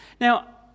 Now